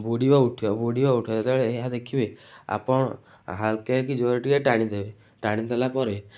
ବୁଡ଼ିବ ଉଠିବ ବୁଡ଼ିବ ଉଠିବ ସେତେବେଳେ ଏହା ଦେଖିବେ ଆପଣ ହାଲ୍ କେଇକି ଜୋରରେ ଟିକେ ଟାଣିଦେବେ ଟାଣି ଦେଲା ପରେ ଏ